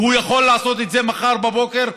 והוא יכול לעשות את זה מחר בבוקר.